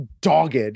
dogged